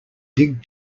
dig